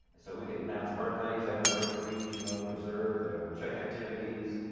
so we can announce birthdays, anniversaries, you know preserve the czech activities.